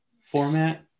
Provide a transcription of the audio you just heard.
format